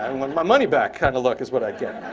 and want my money back kind of look is what i'd get.